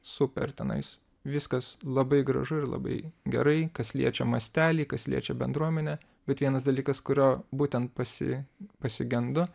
super tenais viskas labai gražu ir labai gerai kas liečia mastelį kas liečia bendruomenę bet vienas dalykas kurio būtent pasi pasigendu